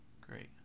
Great